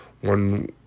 one